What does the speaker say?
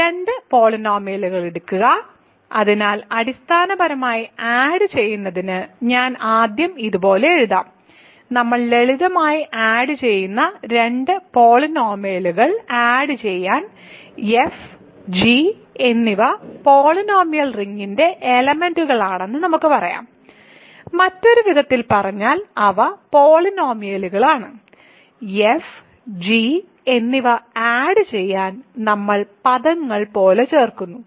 അതിനാൽ രണ്ട് പോളിനോമിയലുകൾ എടുക്കുക അതിനാൽ അടിസ്ഥാനപരമായി ആഡ് ചെയ്യുന്നതിന് ഞാൻ ആദ്യം ഇത് പോലെ എഴുതാം നമ്മൾ ലളിതമായി ആഡ് ചെയ്യുന്ന രണ്ട് പോളിനോമിയലുകൾ ആഡ് ചെയ്യാൻ f g എന്നിവ പോളിനോമിയൽ റിങ്ങിന്റെ എലെമെന്റുകളാണെന്ന് നമുക്ക് പറയാം മറ്റൊരു വിധത്തിൽ പറഞ്ഞാൽ അവ പോളിനോമിയലുകളാണ് f g എന്നിവ ആഡ് ചെയ്യാൻ നമ്മൾ പദങ്ങൾ പോലെ ചേർക്കുന്നു